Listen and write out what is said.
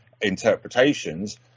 interpretations